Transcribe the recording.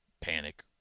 panic